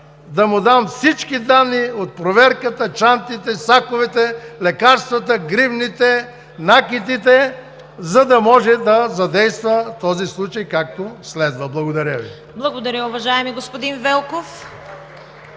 да му дам всички данни от проверката, чантите, саковете, лекарствата, гривните, накитите, за да може да задейства този случай както следва. Благодаря Ви. ПРЕДСЕДАТЕЛ ЦВЕТА КАРАЯНЧЕВА: Благодаря, уважаеми господин Велков.